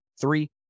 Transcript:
Three